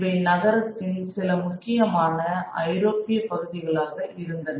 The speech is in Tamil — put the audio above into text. இவை நகரத்தின் சில முக்கியமான ஐரோப்பிய பகுதிகளாக இருந்தன